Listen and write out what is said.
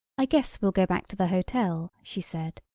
i guess we'll go back to the hotel, she said.